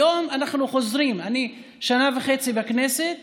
היום אנחנו חוזרים, אני שנה וחצי בכנסת